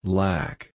Black